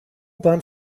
bahn